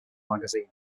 magazine